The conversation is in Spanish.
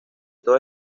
todo